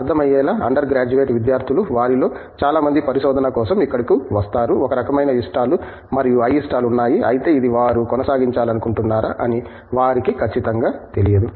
అర్థమయ్యేలా undergraduate విద్యార్థులు వారిలో చాలా మంది పరిశోధన కోసం ఇక్కడకు వస్తారు ఒక రకమైన ఇష్టాలు మరియు అయిష్టాలు ఉన్నాయి అయితే ఇది వారు కొనసాగించాలనుకుంటున్నారా అని వారికి ఖచ్చితంగా తెలియదు